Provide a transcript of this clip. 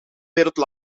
derde